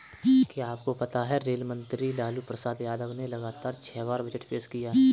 क्या आपको पता है रेल मंत्री लालू प्रसाद यादव ने लगातार छह बार बजट पेश किया?